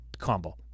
combo